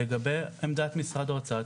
לגבי עמדת משרד האוצר,